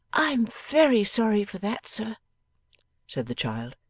i am very sorry for that, sir said the child.